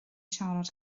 siarad